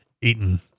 eaten